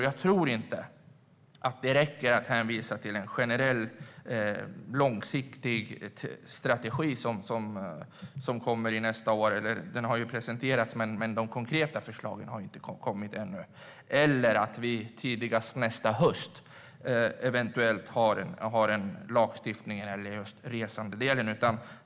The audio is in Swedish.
Jag tror inte att det räcker att hänvisa till en generell, långsiktig strategi som kommer nästa år. Den har presenterats, men de konkreta förslagen har inte kommit än. Jag tror inte att det räcker att vi tidigast nästa höst eventuellt har en lagstiftning när det gäller just resandedelen.